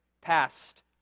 past